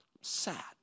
sad